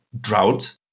drought